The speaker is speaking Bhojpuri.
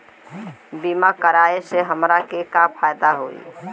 बीमा कराए से हमरा के का फायदा होई?